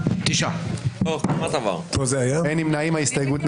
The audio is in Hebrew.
אין ההסתייגות מס' 1 של קבוצת סיעת ישראל ביתנו לא נתקבלה.